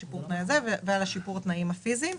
שיפור התנאים הפיזיים.